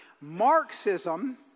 Marxism